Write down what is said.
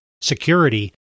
security